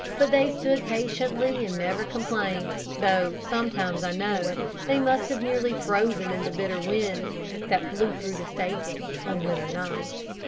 but they stood patiently and never complained, though sometimes i know they must have nearly frozen in the bitter winds that blew through the stable on winter nights.